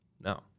no